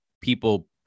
people